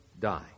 die